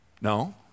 No